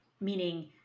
meaning